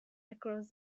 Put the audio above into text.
across